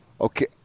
okay